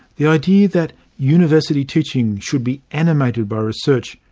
the idea that university teaching should be animated by research,